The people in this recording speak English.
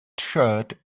shirt